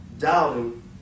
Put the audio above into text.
Doubting